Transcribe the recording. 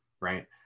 Right